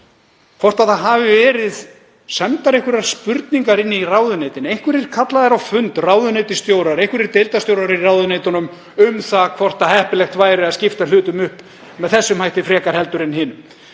hvort það hafi verið sendar einhverjar spurningar inn í ráðuneytin, einhverjir kallaðir á fund ráðuneytisstjóra, einhverjir deildarstjórar í ráðuneytunum, um það hvort heppilegt væri að skipta hlutunum upp með þessum hætti frekar en hinum,